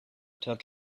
took